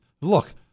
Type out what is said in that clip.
look